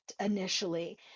initially